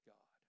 God